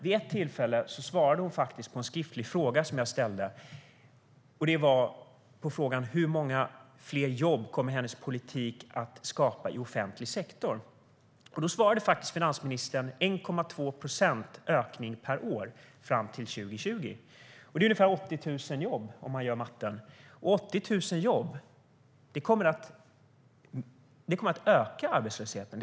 Vid ett tillfälle svarade hon faktiskt på en skriftlig fråga som jag ställde. Det var frågan hur många fler jobb hennes politik kommer att skapa i offentlig sektor. Då svarade finansministern att det var 1,2 procents ökning per år fram till år 2020. Det är ungefär 80 000 jobb, om man gör matten. Men 80 000 jobb kommer att öka arbetslösheten.